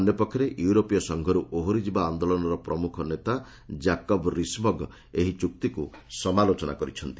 ଅନ୍ୟପକ୍ଷରେ ୟୁରୋପୀୟ ସଂଘରୁ ଓହରିଯିବା ଆନ୍ଦୋଳନର ପ୍ରମୁଖ ନେତା ଜାକବ୍ ରିସ୍ମଗ୍ ଏହି ଚୁକ୍ତିକୁ ସମାଲୋଚନା କରିଛନ୍ତି